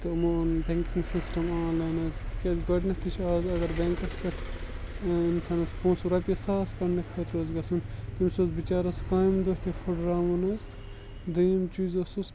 تہٕ یِمو اوٚن بٮنٛکِنٛگ سِسٹَم آنلاین حظ تِکیٛازِ گۄڈٕنٮ۪تھے چھِ آز اگر بنٛکَس پٮ۪ٹھ اِنسانَس پونٛسہٕ رۄپیہِ ساس کڑنہٕ خٲطرٕ اوس گژھُن تٔمِس اوس بِچارَس کامہِ دۄہ تہِ پُڑراوُن حظ دٔوٚیِم چیٖز اوسُس